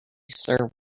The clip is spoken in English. server